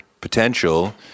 potential